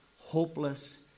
hopeless